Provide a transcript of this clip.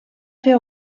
fer